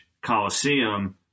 Coliseum